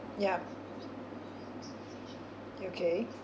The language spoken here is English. yeah okay